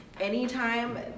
anytime